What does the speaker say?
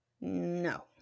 No